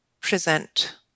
present